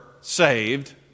saved